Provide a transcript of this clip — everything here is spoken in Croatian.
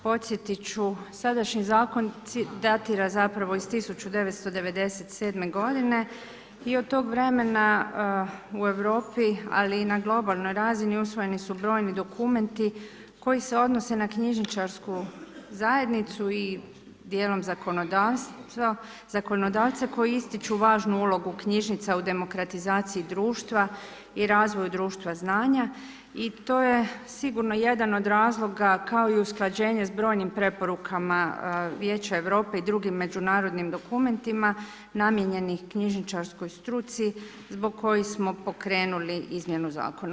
Podsjetit ću, sadašnji zakon datira zapravo iz 1997. godine i od tog vremena u Europi, ali i na globalnoj razini usvojeni su brojni dokumenti koji se odnose na knjižničarsku zajednicu i djelom zakonodavce koji ističu važnu ulogu knjižnica u demokratizaciji društva i razvoju društva znanja i to je sigurno jedan od razloga, kao i usklađenje s brojnim preporukama vijeća Europe i drugim međunarodnim dokumentima namijenjenih knjižničarskoj struci zbog kojih smo pokrenuli izmjenu zakona.